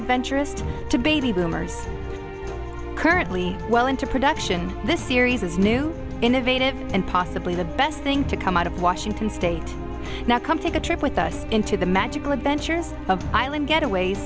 adventurist to baby boomers currently well into production this series is new innovative and possibly the best thing to come out of washington state now come take a trip with us into the magical adventures of island getaways